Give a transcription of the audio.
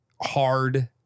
hard